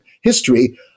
history